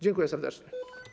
Dziękuję serdecznie.